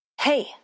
Hey